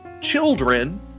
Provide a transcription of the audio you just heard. children